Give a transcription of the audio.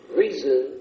reason